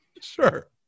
Sure